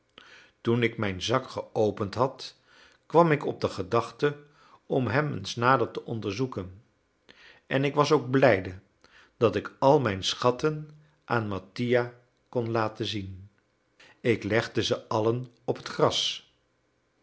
toen ik mijn zak geopend had kwam ik op de gedachte om hem eens nader te onderzoeken en ik was ook blijde dat ik al mijn schatten aan mattia kon laten zien ik legde ze allen op het gras